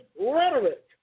rhetoric